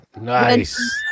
Nice